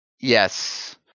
Yes